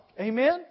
Amen